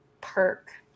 perk